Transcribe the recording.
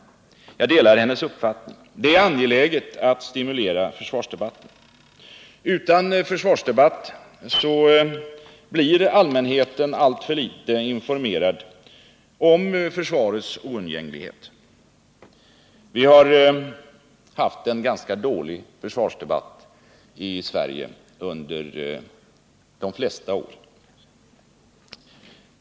Jag delar hennes uppfattning på den punkten. Det är angeläget att stimulera försvarsdebatten. Utan försvarsdebatt blir allmänheten alltför litet informerad om försvarets oundgänglighet. Vi har haft en ganska dålig försvarsdebatt i Sverige under de flesta år.